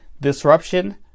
disruption